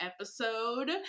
episode